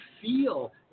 feel